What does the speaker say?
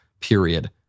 period